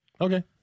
Okay